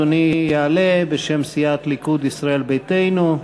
אדוני יעלה בשם סיעת הליכוד, ישראל ביתנו.